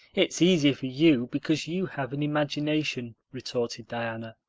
it's easy for you because you have an imagination, retorted diana,